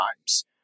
times